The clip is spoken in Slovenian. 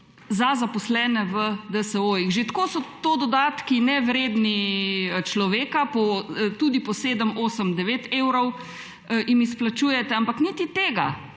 za zaposlene v DSO-jih. Že tako so to dodatki nevredni človeka, tudi po 7, 8, 9 evrov jim izplačujete, ampak niti tega,